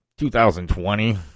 2020